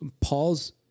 Paul's